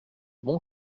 bon